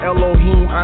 Elohim